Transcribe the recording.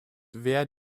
wer